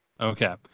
Okay